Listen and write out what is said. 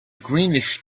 greenish